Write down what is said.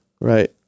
Right